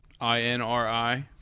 I-N-R-I